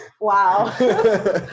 wow